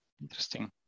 Interesting